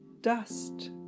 dust